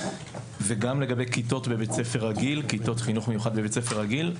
גם לגבי כיתות חינוך מיוחד בבית ספר רגיל.